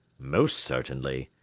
most certainly,